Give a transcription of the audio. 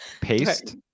Paste